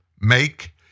Make